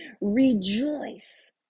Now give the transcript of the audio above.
Rejoice